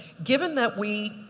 given that we,